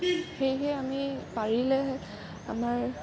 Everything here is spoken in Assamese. সেইহে আমি পাৰিলে আমাৰ